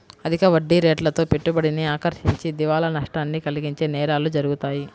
అధిక వడ్డీరేట్లతో పెట్టుబడిని ఆకర్షించి దివాలా నష్టాన్ని కలిగించే నేరాలు జరుగుతాయి